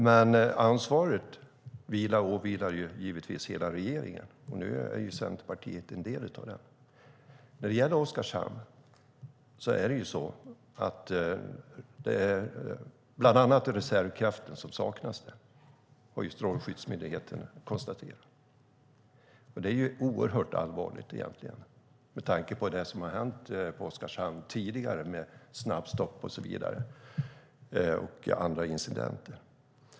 Men ansvaret åvilar givetvis hela regeringen, och nu är Centerpartiet en del av den. Det är bland annat reservkraften som saknas när det gäller Oskarshamn. Det har Strålsäkerhetsmyndigheten konstaterat. Det är oerhört allvarligt med tanke på vad som har hänt på Oskarshamn tidigare med snabbstopp och andra incidenter.